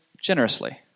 generously